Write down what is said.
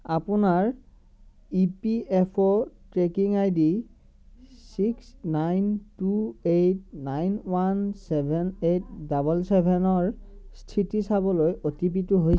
আপোনাৰ E P F or' tracking I D six nine two eight nine one seven eight double চেভেনৰ স্থিতি চাবলৈ O T P টো হৈছে